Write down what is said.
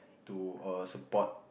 to uh support